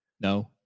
No